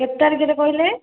କେତେ ତାରିଖରେ କହିଲେ